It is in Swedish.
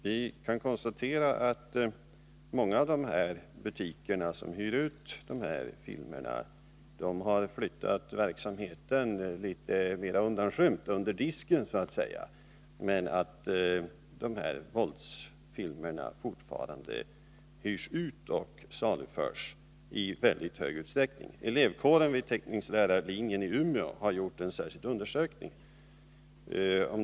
Vi kan konstatera att många av de butiker som hyr ut sådana här filmer har flyttat verksamheten litet mer i skymundan — under disken, så att säga — men att våldsfilmerna fortfarande hyrs ut och saluförs i stor utsträckning. Elevkåren på teckningslärarlinjen i Umeå har gjort en särskild undersökning.